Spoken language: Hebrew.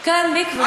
כן, מקווה.